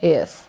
Yes